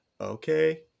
okay